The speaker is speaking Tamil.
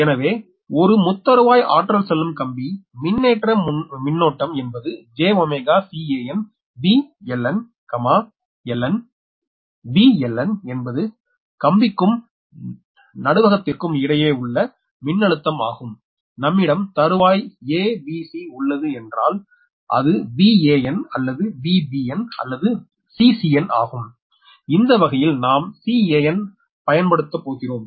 எனவே ஒரு முத்தறுவாய் ஆற்றல் செல்லும் கம்பி மின்னேற்ற மின்னோட்டம் என்பது 𝑗⍵𝐶𝑎n 𝑉𝐿𝑁 𝐿N 𝑉𝐿N என்பது கம்பிக்கும் நடுவகடத்திற்கும் இடையே உள்ள மின்னழுத்தம் ஆகும் நம்மிடம் தருவாய் a b c உள்ளது என்றல் அது Van அல்லது Vbn அல்லது Ccn ஆகும் இந்த வகையில் நாம் Can பயன்படுத்தப்போகிறோம்